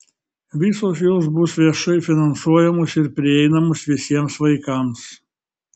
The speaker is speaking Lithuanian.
visos jos bus viešai finansuojamos ir prieinamos visiems vaikams